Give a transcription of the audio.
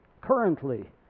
currently